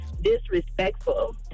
disrespectful